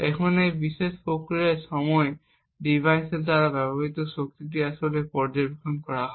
এবং এই বিশেষ প্রক্রিয়ার সময় ডিভাইসের দ্বারা ব্যবহৃত শক্তিটি আসলে পর্যবেক্ষণ করা হয়